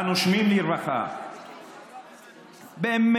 "הנושמים לרווחה" באמת,